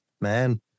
man